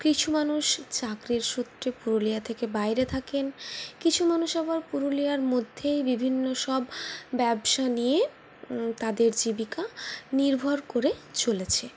কিছু মানুষ চাকরির সূত্রে পুরুলিয়া থেকে বাইরে থাকেন কিছু মানুষ আবার পুরুলিয়ার মধ্যেই বিভিন্ন সব ব্যবসা নিয়ে তাদের জীবিকা নির্ভর করে চলেছে